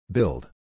Build